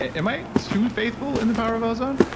am i too faithful in the power of ozone?